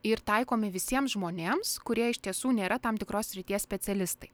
ir taikomi visiems žmonėms kurie iš tiesų nėra tam tikros srities specialistai